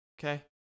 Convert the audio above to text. Okay